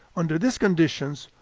under these conditions,